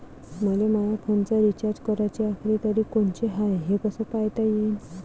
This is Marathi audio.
मले माया फोनचा रिचार्ज कराची आखरी तारीख कोनची हाय, हे कस पायता येईन?